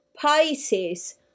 Pisces